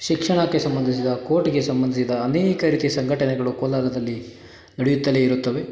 ಶಿಕ್ಷಣಕ್ಕೆ ಸಂಬಂಧಿಸಿದ ಕೋಟ್ಗೆ ಸಂಬಂಧಿಸಿದ ಅನೇಕ ರೀತಿಯ ಸಂಘಟನೆಗಳು ಕೋಲಾರದಲ್ಲಿ ನಡೆಯುತ್ತಲೇ ಇರುತ್ತವೆ